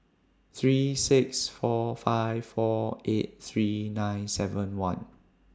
three six four five four eight three nine seven one